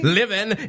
living